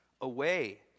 away